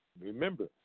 remember